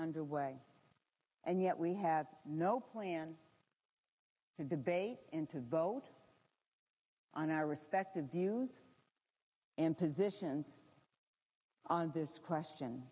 underway and yet we have no plan to debate in to vote on our respective views and positions on this question